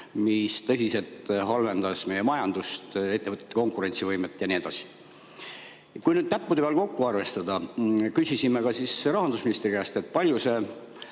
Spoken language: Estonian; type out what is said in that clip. mis tõsiselt halvendas meie majandust, ettevõtete konkurentsivõimet ja nii edasi. Kui nüüd näppude peal kokku arvestada, siis küsisime ka rahandusministri käest, kui palju see